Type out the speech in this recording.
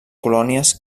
colònies